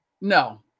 No